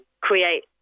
create